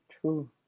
true